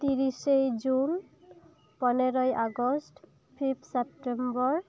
ᱛᱤᱨᱤᱥᱮ ᱡᱩᱱ ᱯᱚᱱᱮᱨᱚᱭ August fifth September